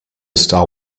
star